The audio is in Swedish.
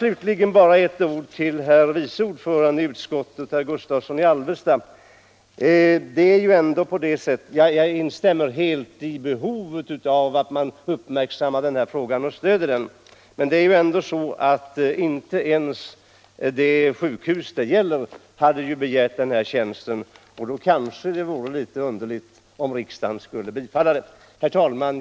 Slutligen bara eu par ord till utskottets vice ordförande herr Gustavsson i Alvesta. Jag instämmer helt i att den fråga han aktualiserade är värd uppmärksamhet och stöd. Men det är ju ändå på det sättet att inte ens det sjukhus det gäller har begärt inrättande av ifrågavarande tjänst, och då vore det väl litet underligt om riksdagen skulle ha bifallit förslaget. Herr talman!